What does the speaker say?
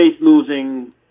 losing